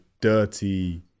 dirty